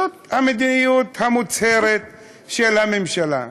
זאת המדיניות המוצהרת של הממשלה.